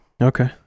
okay